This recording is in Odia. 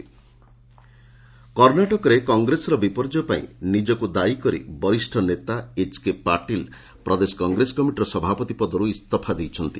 କେ'ଟକ୍ ପାଟିଲ୍ କର୍ଣ୍ଣାଟକରେ କଂଗ୍ରେସର ବିପର୍ଯ୍ୟୟ ପାଇଁ ନିଜକୁ ଦାୟୀ କରି ବରିଷ୍ଣ ନେତା ଏଚ୍କେ ପାଟିଲ୍ ପ୍ରଦେଶ କଂଗ୍ରେସ କମିଟିର ସଭାପତି ପଦରୁ ଇସ୍ତଫା ଦେଇଛନ୍ତି